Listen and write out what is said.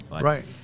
Right